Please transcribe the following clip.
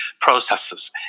processes